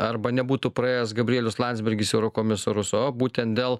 arba nebūtų praėjęs gabrielius landsbergis į eurokomisarus o būtent dėl